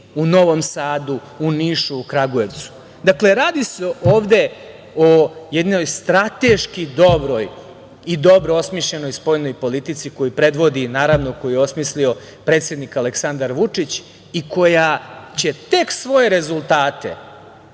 u Novom Sadu, u Nišu, u Kragujevcu. Dakle, radi se ovde o jednoj strateški dobroj i dobro osmišljenoj spoljnoj politici koju predvodi, koju je osmislio predsednik Aleksandar Vučić i koja će tek svoje rezultate,